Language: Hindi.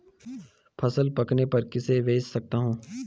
फसल पकने पर किसे बेच सकता हूँ?